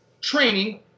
training